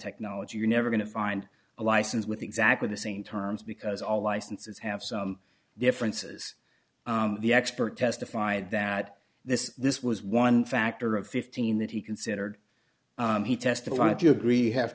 technology you're never going to find a license with exactly the same terms because all licenses have some differences the expert testified that this this was one factor of fifteen that he considered he testified you agree